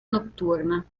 notturna